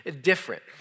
different